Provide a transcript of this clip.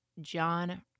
John